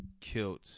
killed